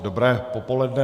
Dobré popoledne.